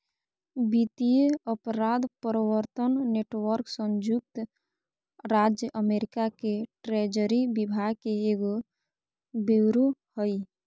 वित्तीय अपराध प्रवर्तन नेटवर्क संयुक्त राज्य अमेरिका के ट्रेजरी विभाग के एगो ब्यूरो हइ